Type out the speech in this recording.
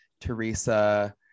Teresa